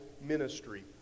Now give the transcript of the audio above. Ministry